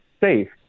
safe